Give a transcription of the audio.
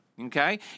okay